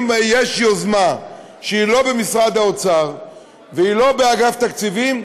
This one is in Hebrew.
אם יש יוזמה שהיא לא במשרד האוצר והיא לא באגף תקציבים,